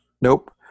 Nope